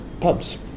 pubs